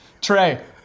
Trey